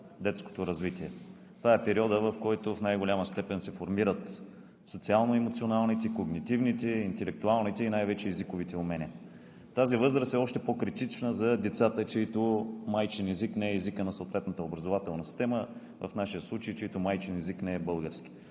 детското развитие. Това е периодът, в който в най-голяма степен се формират социално-емоционалните, когнитивните, интелектуалните и най-вече езиковите умения. Тази възраст е още по-критична за децата, чийто майчин език не е езикът на съответната образователна система, в нашия случай – чийто майчин език не е български.